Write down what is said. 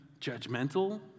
judgmental